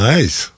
Nice